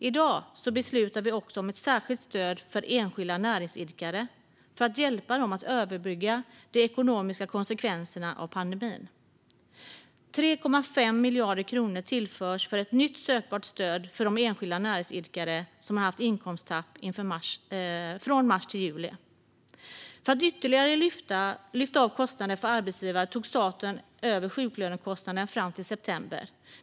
I dag beslutar vi också om ett särskilt stöd till enskilda näringsidkare för att hjälpa dem att överbrygga de ekonomiska konsekvenserna av pandemin. 3,5 miljarder kronor tillförs för ett nytt sökbart stöd till de enskilda näringsidkare som har haft inkomsttapp från mars till juli. För att ytterligare lyfta av kostnader för arbetsgivare tog staten över sjuklönekostnaderna fram till september.